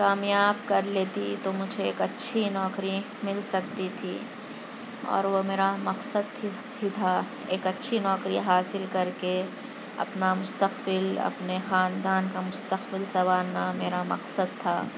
کامیاب کر لیتی تو مجھے ایک اچھی نوکری مل سکتی تھی اور وہ میرا مقصد بھی تھا ایک اچھی نوکری حاصل کر کے اپنا مستقبل اپنے خاندان کا مستقبل سنوارنا میرا مقصد تھا